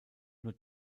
nur